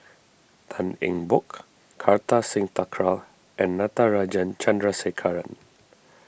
Tan Eng Bock Kartar Singh Thakral and Natarajan Chandrasekaran